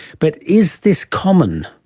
but is this common?